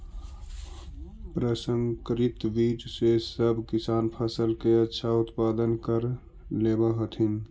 प्रसंकरित बीज से सब किसान फसल के अच्छा उत्पादन कर लेवऽ हथिन